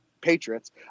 patriots